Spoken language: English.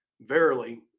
verily